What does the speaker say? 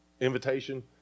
Invitation